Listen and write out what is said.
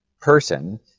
person